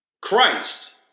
Christ